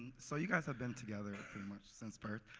so you guys have been together pretty much since birth.